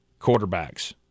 quarterbacks